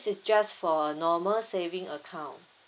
this is just for normal saving account